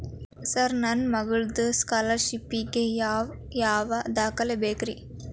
Sir ನನ್ನ ಮಗ್ಳದ scholarship ಗೇ ಯಾವ್ ಯಾವ ದಾಖಲೆ ಬೇಕ್ರಿ?